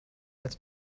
als